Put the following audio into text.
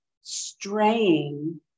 straying